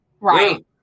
right